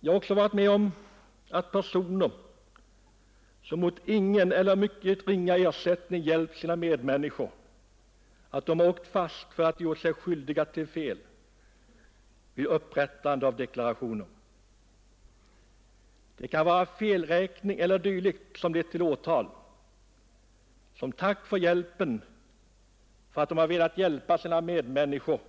Jag har också varit med om att personer som mot ingen eller mycket ringa ersättning hjälpt sina medmänniskor åkt fast för att ha gjort sig skyldiga till fel vid upprättande av deklarationer. Det kan vara felräkning eller dylikt som leder till åtal. Som tack för att de velat hjälpa sina medmänniskor